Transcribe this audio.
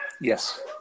Yes